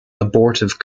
abortive